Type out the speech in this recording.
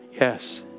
Yes